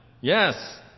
Yes